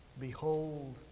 Behold